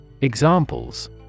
Examples